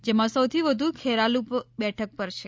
જેમાં સૌથી વધુ ખેરાલુ બેઠક પર છે